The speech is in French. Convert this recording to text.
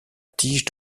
tige